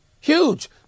Huge